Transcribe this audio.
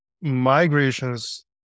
Migrations